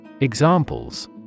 Examples